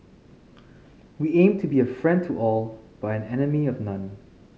we aim to be a friend to all but an enemy of none